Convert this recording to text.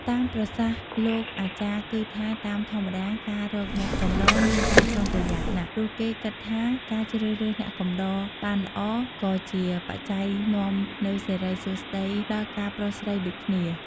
តាមប្រសាសន៍លោកអាចារ្យគឺថា តាមធម្មតាការរកអ្នកកំដរមានការប្រុងប្រយ័ត្នណាស់ ព្រោះគេគិតថាការជ្រើសរើសអ្នកកំដរបានល្អ ក៏ជាបច្ច័យនាំនូវសិរីសួស្តីដល់ការប្រុសស្រីដូចគ្នា។